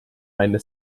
eine